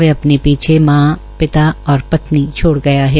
वह अपने पीछे मां पिता और पत्नी छोड़ गया है